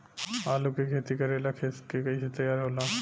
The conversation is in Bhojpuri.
आलू के खेती करेला खेत के कैसे तैयारी होला?